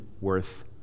worth